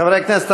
חברי הכנסת,